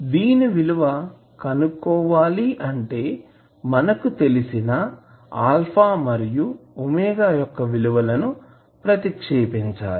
దీని విలువ కనుక్కోవాలి అంటే మనకు తెలిసిన α మరియు ⍵ యొక్క విలువలు ప్రతిక్షేపించాలి